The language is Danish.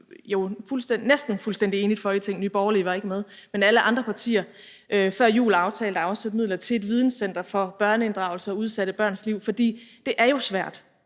i et næsten fuldstændig enigt Folketing – Nye Borgerlige var ikke med, men det var alle andre partier – før jul aftalte at afsætte midler til et videnscenter for børneinddragelse og udsatte børns liv. For det er jo svært